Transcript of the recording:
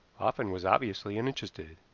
often was obviously uninterested.